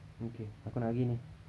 okay aku nak pergi ni